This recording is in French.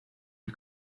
une